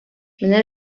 менә